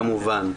כמובן.